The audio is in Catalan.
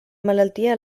malaltia